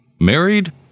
Married